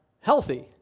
healthy